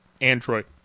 Android